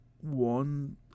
one